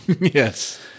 Yes